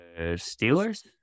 Steelers